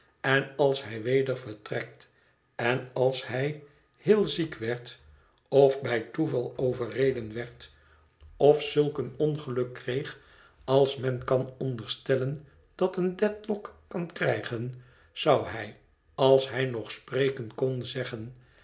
en als hij weder vertrekt en als hij heel ziek werd of bij toeval overreden werd of zulk een ongeluk kreeg als men kan onderstellen dat een dedlock kan krijgen zou hij als hij nog spreken kon zeggen